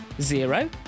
zero